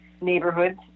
neighborhoods